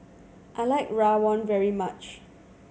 I like rawon very much